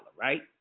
right